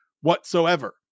whatsoever